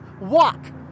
Walk